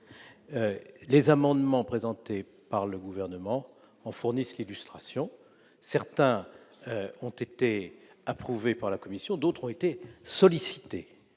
Les amendements présentés par le Gouvernement en fournissent l'illustration : certains ont été approuvés par la commission, d'autres ont été sollicités